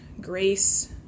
grace